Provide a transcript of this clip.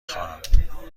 خواهم